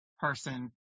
person